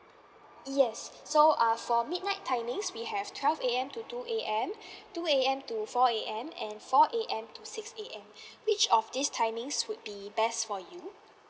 yes so uh for midnight timings we have twelve A_M to two A_M two A_M to four A_M and four A_M to six A_M which of these timings would be best for you